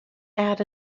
add